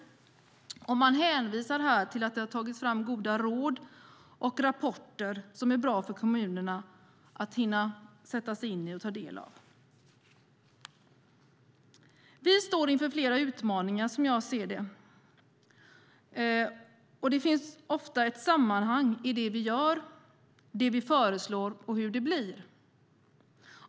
Man hänvisar till att det har tagits fram goda råd och rapporter som det är bra för kommunerna att hinna sätta sig in i och ta del av. Vi står alla inför flera utmaningar, som jag ser det. Det finns ofta ett sammanhang i det vi gör och det vi föreslår och hur det blir.